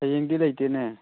ꯍꯌꯦꯡꯗꯤ ꯂꯩꯇꯦꯅꯦ